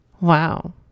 Wow